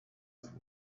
ist